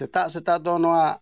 ᱥᱮᱛᱟᱜᱼᱥᱮᱛᱟᱜ ᱫᱚ ᱱᱚᱣᱟ